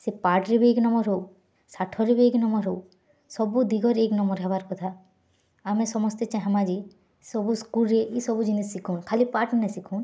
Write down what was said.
ସେ ପାଠ୍ରେ ବି ଏକ ନମ୍ବର୍ ହଉ ଶାଠରେ ବି ଏକ ନମ୍ବର୍ ହଉ ସବୁ ଦିଗରେ ଏକ ନମ୍ବର୍ ହେବାର୍ କଥା ଆମେ ସମସ୍ତେ ଚାହେଁମା ଯେ ସବୁ ସ୍କୁଲ୍ରେ ଇ ସବୁ ଜିନିଷ୍ ଶିଖୋନ୍ ଖାଲି ପାଠ୍ ନାଇ ଶିଖୋନ୍